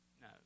No